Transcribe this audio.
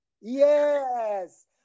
Yes